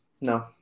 No